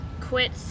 quit